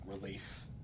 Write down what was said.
relief